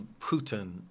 Putin